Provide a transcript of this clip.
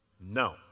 No